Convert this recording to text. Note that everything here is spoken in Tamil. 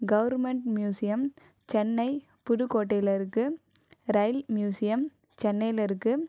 கவர்மெண்ட் மியூசியம் சென்னை புதுக்கோட்டையில் இருக்கு ரயில் மியூசியம் சென்னையில் இருக்குது